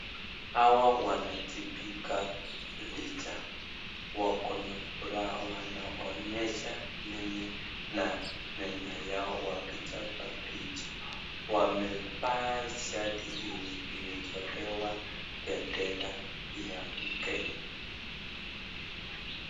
Hawa wanajipiga picha. Wakona furaha, wanaonyesha ulimi na meno yao wakichapa picha. Wamevaa shati yenye imechorewa bendera ya Kenya.